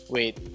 Wait